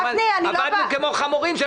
עבדנו כמו חמורים.